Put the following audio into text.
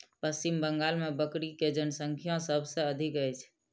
पश्चिम बंगाल मे बकरी के जनसँख्या सभ से अधिक अछि